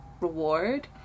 reward